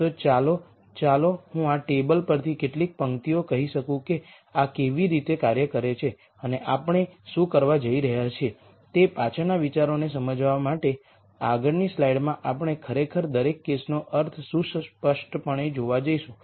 તો ચાલો ચાલો હું આ ટેબલ પરથી કેટલીક પંક્તિઓ કહી શકું કે આ કેવી રીતે કાર્ય કરે છે અને આપણે શું કરવા જઈ રહ્યા છીએ તે પાછળના વિચારોને સમજાવવા માટે આગળની સ્લાઇડમાં આપણે ખરેખર દરેક કેસનો અર્થ સુસ્પષ્ટપણે જોવા જઈશું